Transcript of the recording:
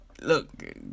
look